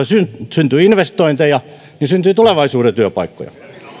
syntyy investointeja niin syntyy tulevaisuuden työpaikkoja